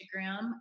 Instagram